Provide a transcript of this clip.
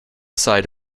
site